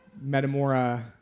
Metamora